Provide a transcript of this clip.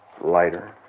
Lighter